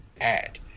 add